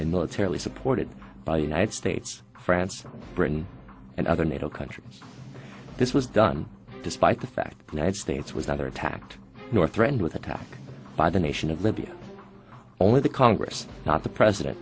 and militarily supported by the united states france britain and other nato countries this was done despite the fact i'd say it's was not are attacked nor threatened with attack by the nation of libya only the congress not the president